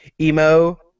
Emo